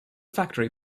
factory